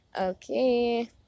Okay